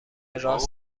راس